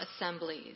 assemblies